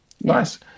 Nice